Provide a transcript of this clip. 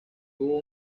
tuvo